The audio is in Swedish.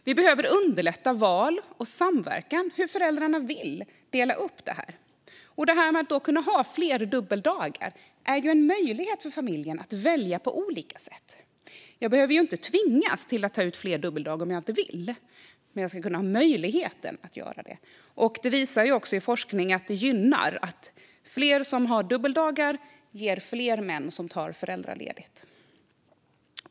Vi behöver underlätta val och samverkan kring hur föräldrarna vill dela upp det här. Att kunna ha fler dubbeldagar utgör en möjlighet för familjerna att välja på olika sätt. Man bör inte tvingas att ta ut fler dubbeldagar om man inte vill, men man ska ha möjlighet att göra det. Forskning visar att detta är gynnsamt: Fler dubbeldagar leder till att fler män tar föräldraledigt.